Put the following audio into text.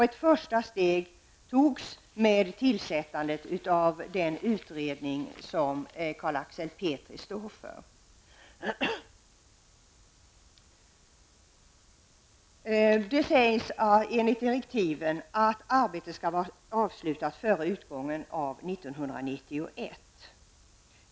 Ett första steg togs med tillsättandet av den utredning som Carl Axel Petri står för. Det sägs i direktiven att arbetet skall vara slutfört före utgången av 1991.